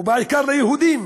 ובעיקר אל היהודים